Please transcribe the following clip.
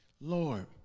Lord